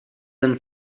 and